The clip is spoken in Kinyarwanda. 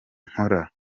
nkora